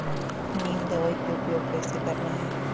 नीम दवई के उपयोग कइसे करना है?